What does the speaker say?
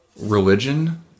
religion